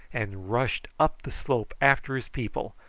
and rushed up the slope after his people,